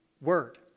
word